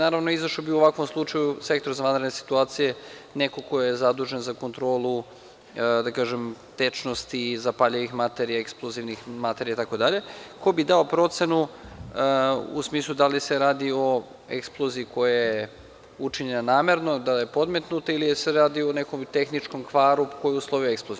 Naravno, izašao bi u ovakvom slučaju Sektor za vanredne situacije, neko ko je zadužen za kontrolu tečnosti, zapaljivih materija, eksplozivnih materija itd, ko bi dao procenu u smislu da li se radi o eksploziji koja je učinjena namerno, da li je podmetnuta ili se radi o nekom tehničkom kvaru kao uslov eksplozije.